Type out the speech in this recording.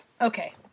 Okay